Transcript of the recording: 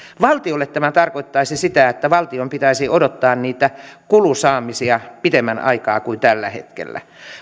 valtiolle tämä tarkoittaisi sitä että valtion pitäisi odottaa niitä kulusaamisia pitemmän aikaa kuin tällä hetkellä